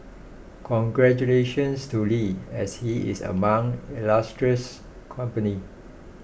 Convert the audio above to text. congratulations to Lee as he is among illustrious company